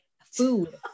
food